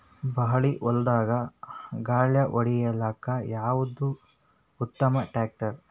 ಬಾಳಿ ಹೊಲದಾಗ ಗಳ್ಯಾ ಹೊಡಿಲಾಕ್ಕ ಯಾವದ ಉತ್ತಮ ಟ್ಯಾಕ್ಟರ್?